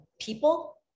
people